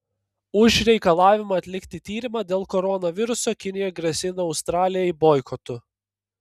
už reikalavimą atlikti tyrimą dėl koronaviruso kinija grasina australijai boikotu